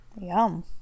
Yum